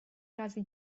razy